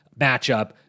matchup